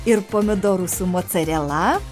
ir pomidorų su mocarela